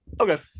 Okay